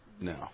No